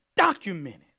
Documented